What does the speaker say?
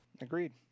Agreed